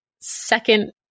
second